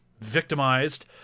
victimized